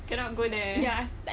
cannot go there